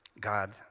God